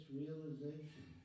realization